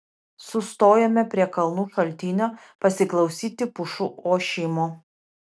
sustojome prie kalnų šaltinio pasiklausyti pušų ošimo